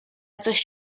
coś